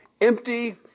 empty